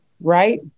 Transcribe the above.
right